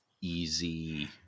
easy